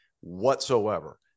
whatsoever